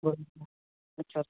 بولیے اچھا